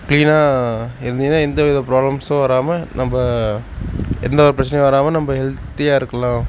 கிளீனாக இருந்திங்கனா எந்த வித ப்ராப்ளம்ஸும் வராமல் நம்ம எந்த ஒரு பிரச்சனையும் வராமல் நம்ம ஹெல்த்தியாக இருக்கலாம்